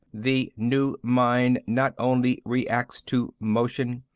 the new mine not only reacts to motion,